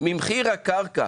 ממחיר הקרקע.